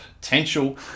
potential